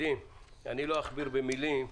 לא אכביר במילים.